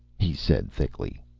he said thickly.